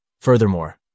Furthermore